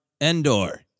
Endor